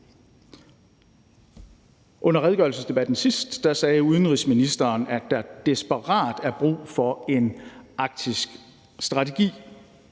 Under redegørelsesdebatten sidst sagde udenrigsministeren, at der desperat er brug for en arktisk strategi.